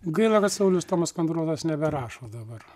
gaila kad saulius tomas kondrotas neberašo dabar